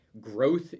Growth